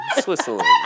Switzerland